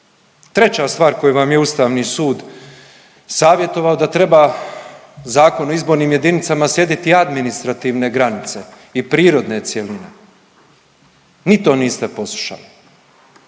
Treća stvar koju vam je Ustavni sud savjetovao da treba Zakon o izbornim jedinicama slijediti administrativne granice i prirodne cjeline. Ni to niste poslušali.